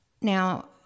Now